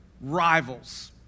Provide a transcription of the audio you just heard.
rivals